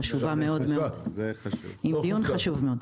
ועדה חשובה מאוד עם דיון חשוב.